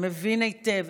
שמבין היטב,